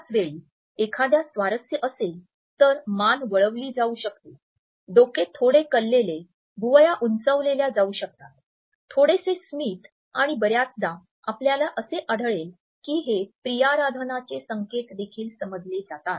त्याच वेळी एखाद्यास स्वारस्य असेल तर मान वळविली जाऊ शकते डोके थोडे कललेले भुवया उंचावल्या जाऊ शकतात थोडेसे स्मित आणि बर्याचदा आपल्याला असे आढळेल की हे प्रियाराधनाचे संकेत देखील समजले जातात